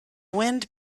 wind